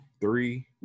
three